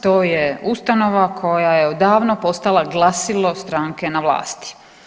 To je ustanova koja je odavno postala glasilo stranke na vlasti.